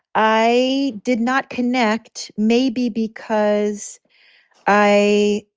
i did not connect. maybe because i.